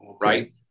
Right